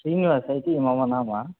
श्रीनिवास इति मम नाम